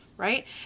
Right